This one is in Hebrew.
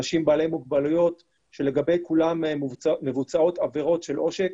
אנשים בעלי מוגבלויות שלגבי כוללן מבוצעות עבירות של עושק.